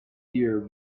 year